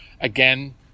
Again